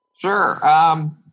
Sure